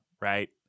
right